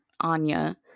Anya